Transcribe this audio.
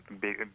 big